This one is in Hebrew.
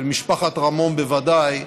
של משפחת רמון בוודאי,